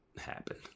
happen